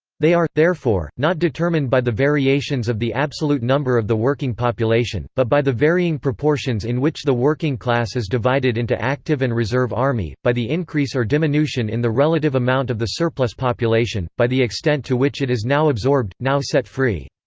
they are, therefore, not determined by the variations of the absolute number of the working population, but by the varying proportions in which the working class is divided into active and reserve army, by the increase or diminution in the relative amount of the surplus-population, by the extent to which it is now absorbed, now set free.